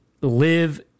live